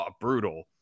brutal